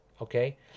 Okay